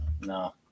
no